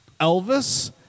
Elvis